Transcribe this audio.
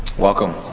welcome.